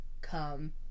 come